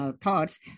thoughts